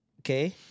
Okay